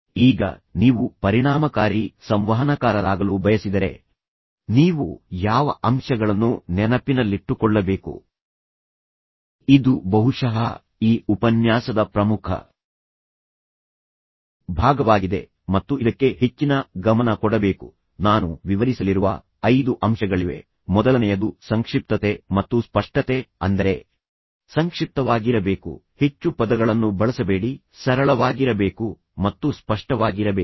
ಈಗ ನೀವು ಪರಿಣಾಮಕಾರಿ ಸಂವಹನಕಾರರಾಗಲು ಬಯಸಿದರೆ ನೀವು ಯಾವ ಅಂಶಗಳನ್ನು ನೆನಪಿನಲ್ಲಿಟ್ಟುಕೊಳ್ಳಬೇಕು ಇದು ಬಹುಶಃ ಈ ಉಪನ್ಯಾಸದ ಪ್ರಮುಖ ಭಾಗವಾಗಿದೆ ಮತ್ತು ಇದಕ್ಕೆ ಹೆಚ್ಚಿನ ಗಮನ ಕೊಡಬೇಕು ನಾನು ವಿವರಿಸಲಿರುವ ಐದು ಅಂಶಗಳಿವೆ ಮೊದಲನೆಯದು ಸಂಕ್ಷಿಪ್ತತೆ ಮತ್ತು ಸ್ಪಷ್ಟತೆ ಅಂದರೆ ಸಂಕ್ಷಿಪ್ತವಾಗಿರಬೇಕು ಹೆಚ್ಚು ಪದಗಳನ್ನು ಬಳಸಬೇಡಿ ಸರಳವಾಗಿರಬೇಕು ಮತ್ತು ಸ್ಪಷ್ಟವಾಗಿರಬೇಕು